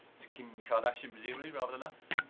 to kim kardashian, presumably, rather the less?